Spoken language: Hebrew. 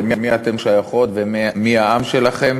למי אתן שייכות ומי העם שלכם,